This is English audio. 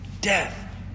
Death